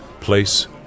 place